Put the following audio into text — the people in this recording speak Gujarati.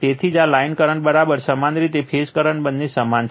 તેથી જ આ લાઇન કરંટ સમાન રીતે ફેઝ કરંટ બંને સમાન છે